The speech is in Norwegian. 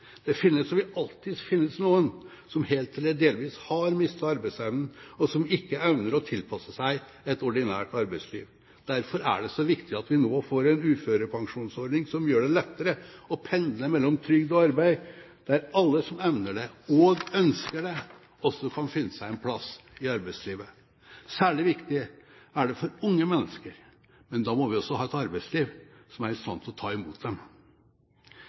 Det finnes, og vil alltid finnes, noen som helt eller delvis har mistet arbeidsevnen, og som ikke evner å tilpasse seg et ordinært arbeidsliv. Derfor er det så viktig at vi nå får en uførepensjonsordning som gjør det lettere å pendle mellom trygd og arbeid, der alle som evner det, og som ønsker det, også kan finne seg en plass i arbeidslivet. Særlig viktig er det for unge mennesker, men da må vi ha et arbeidsliv som er i stand til å ta imot dem.